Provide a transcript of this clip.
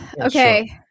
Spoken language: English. Okay